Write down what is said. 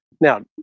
now